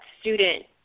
student